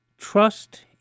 Trust